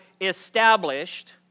established